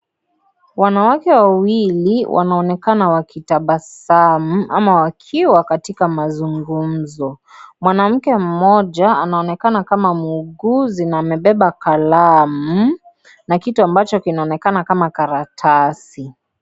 Wanawake wawili wanaonekana wakitabasamu ama wakiwa katika mazungumzo. Mwanamke mmoja anaonekana kama muuguzi na amebeba kalamu. Na kitu ambacho kinaonekana kama karatasi .